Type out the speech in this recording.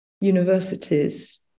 universities